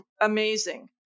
amazing